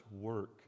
work